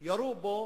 ירו בו